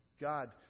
god